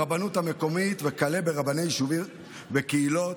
הרבנות המקומית, וכלה ברבני יישובים וקהילות.